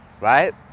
right